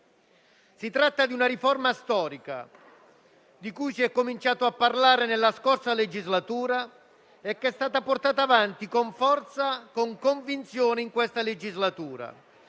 Si tratta di una riforma storica di cui si è cominciato a parlare nella scorsa legislatura e che è stata portata avanti con forza e convinzione in questa legislatura,